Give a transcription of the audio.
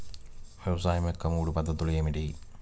వ్యవసాయం యొక్క మూడు పద్ధతులు ఏమిటి?